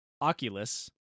Oculus